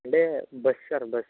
అంటే bus sir bus